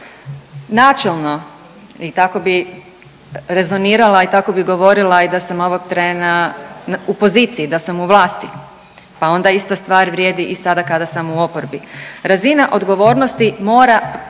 Načelno, i tako bi rezonirala i tako bi govorila i da sam ovog trena u poziciji, da sam u vlasti pa onda ista stvar vrijedi i sada kada sam u oporbi. Razina odgovornosti mora